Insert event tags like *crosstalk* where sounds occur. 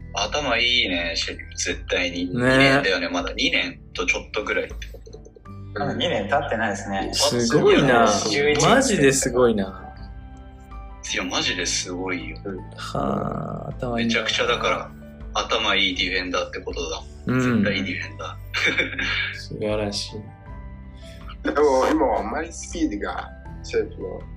頭いいね、シェリフ。絶対に。ね。二年だよね、まだ。二年とちょっとぐらい。うん。まだ二年経ってないですね。うん、すごいな。11年-マジですごいな。いや、マジですごいよ。うん。はあ、頭いいね。めちゃくちゃだから、頭いいディフェンダーってことだ。うん。絶対いいディフェンダー。 *laughs* うん。素晴らしい。でも、今はあまりスピードが、シェリフの-